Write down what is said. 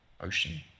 ocean